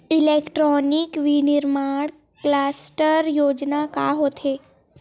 Electronic विनीर्माण cluster योजना का होथे?